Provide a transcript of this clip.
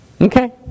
Okay